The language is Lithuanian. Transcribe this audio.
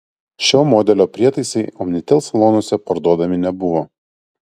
šio modelio prietaisai omnitel salonuose parduodami nebuvo